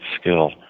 skill